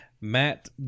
Matt